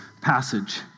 passage